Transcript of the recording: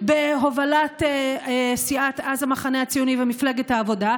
אז בהובלת סיעת המחנה הציוני ומפלגת העבודה,